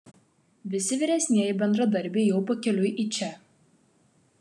visi vyresnieji bendradarbiai jau pakeliui į čia